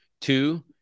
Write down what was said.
Two